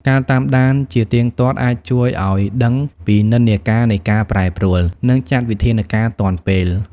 ការតាមដានជាទៀងទាត់អាចជួយឱ្យដឹងពីនិន្នាការនៃការប្រែប្រួល និងចាត់វិធានការទាន់ពេល។